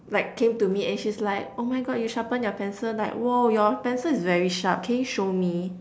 like came to me and she's like oh my God you sharpen your pencil like !woah! your pencil is very sharp can you show me